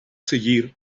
seguir